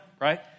Right